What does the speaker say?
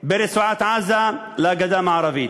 בין רצועת-עזה לגדה המערבית.